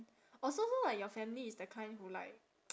orh so so like your family is the kind who like